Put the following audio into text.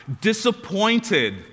disappointed